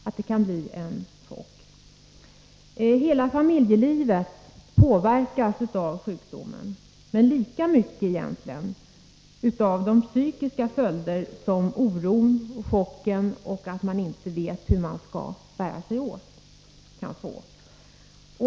Hela familjelivet påverkas av att en familjemedlem drabbas av sjukdomen. Men lika mycket påverkas det av de psykiska följderna av chocken och oron och av att man inte vet hur man skall bära sig åt.